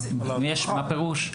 מה פירוש?